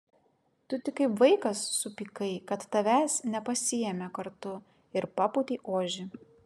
tu tik kaip vaikas supykai kad tavęs nepasiėmė kartu ir papūtei ožį